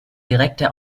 direkte